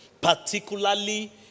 Particularly